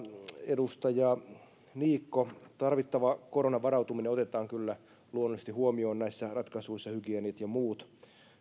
edustaja niikko tarvittava koronavarautuminen otetaan kyllä luonnollisesti huomioon näissä ratkaisuissa hygieniat ja muut